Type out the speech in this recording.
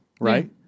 right